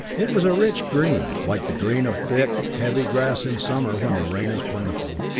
it was a rich green, like the green of thick, heavy grass in summer when the rain is plentiful.